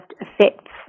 effects